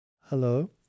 Hello